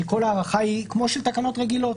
שכל הארכה היא כמו של תקנות רגילות,